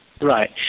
right